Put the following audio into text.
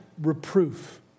reproof